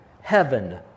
heaven